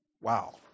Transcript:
Wow